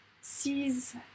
sees